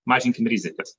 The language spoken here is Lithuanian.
mažinkim rizikas